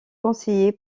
conseiller